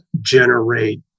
generate